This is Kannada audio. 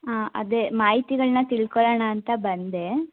ಹಾಂ ಅದೆ ಮಾಹಿತಿಗಳನ್ನ ತಿಳ್ಕೊಳ್ಳೋಣ ಅಂತ ಬಂದೆ